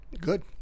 Good